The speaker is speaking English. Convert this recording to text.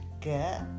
good